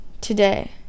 today